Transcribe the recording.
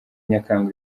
nyakanga